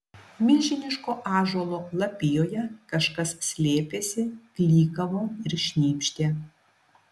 milžiniško ąžuolo lapijoje kažkas slėpėsi klykavo ir šnypštė